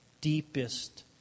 deepest